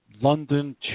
London